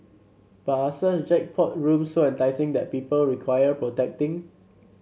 but are such jackpot rooms so enticing that people require protecting